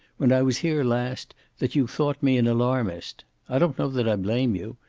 when i was here last that you thought me an alarmist. i don't know that i blame you.